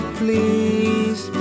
please